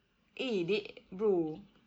eh they bro